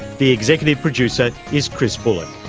the executive producer is chris bullock,